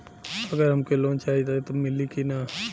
अगर हमके लोन चाही त मिली की ना?